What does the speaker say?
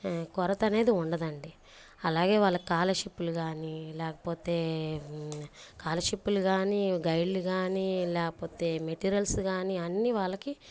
కొరతనేది ఉండదండి అలాగే వాళ్ళకి స్కాలర్షిప్లు కానీ లేకపోతే స్కాలర్షిప్లు కానీ గైడ్లు కానీ లేకపోతే మెటీరియల్స్ కానీ అన్ని వాళ్ళకి